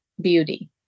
beauty